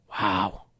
Wow